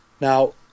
Now